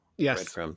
Yes